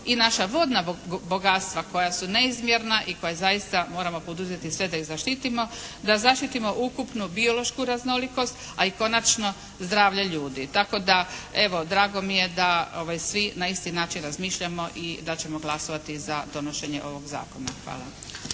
i naša vodna bogatstva koja su neizmjerna i koja zaista moramo poduzeti sve da ih zaštitimo, da zaštitimo ukupnu biološku raznolikost, a i konačno zdravlje ljudi. Tako da evo drago mi je da svi na isti način razmišljamo i da ćemo glasovati za donošenje ovog zakona. Hvala.